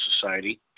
Society